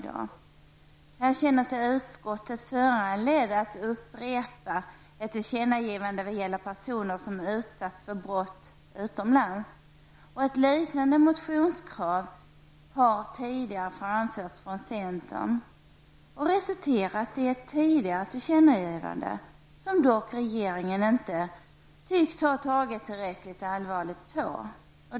Här känner sig utskottet föranlett att upprepa ett tillkännagivande vad gäller personer som utsatts för brott utomlands. Ett liknande motionskrav har tidigare framförts från centern. Det resulterade i ett tillkännagivande, som regeringen inte tycks ha tagit tillräckligt allvarligt på.